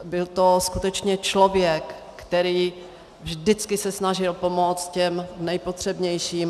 Byl to skutečně člověk, který se vždycky snažil pomoct těm nejpotřebnějším.